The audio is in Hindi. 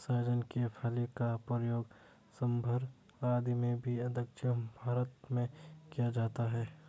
सहजन की फली का प्रयोग सांभर आदि में भी दक्षिण भारत में किया जाता है